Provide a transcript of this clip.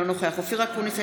אינו נוכח אופיר אקוניס,